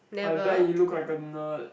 I bet he look like a nerd